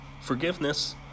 forgiveness